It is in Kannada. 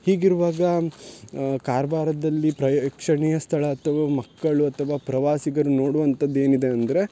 ಹೀಗಿರುವಾಗ ಕಾರ್ವಾರದಲ್ಲಿ ಪ್ರೇಕ್ಷಣೀಯ ಸ್ಥಳ ಅಥವಾ ಮಕ್ಕಳು ಅಥವಾ ಪ್ರವಾಸಿಗರು ನೋಡುವಂಥದ್ದು ಏನಿದೆ ಅಂದರೆ